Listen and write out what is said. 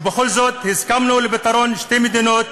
ובכל זאת הסכמנו לפתרון שתי מדינות,